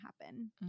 happen